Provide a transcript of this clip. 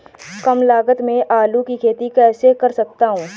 कम लागत में आलू की खेती कैसे कर सकता हूँ?